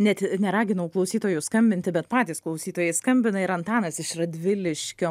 net neraginau klausytojų skambinti bet patys klausytojai skambina ir antanas iš radviliškio